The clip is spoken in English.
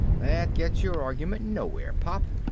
that gets your argument nowhere, pop.